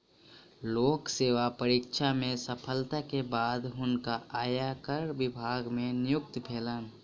लोक सेवा परीक्षा में सफलता के बाद हुनका आयकर विभाग मे नियुक्ति भेलैन